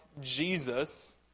Jesus